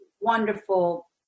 wonderful